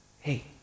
hey